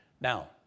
Now